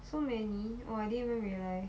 so many !wah! I didn't even realize